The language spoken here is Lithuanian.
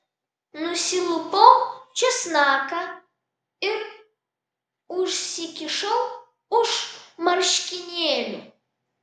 nusilupau česnaką ir užsikišau už marškinėlių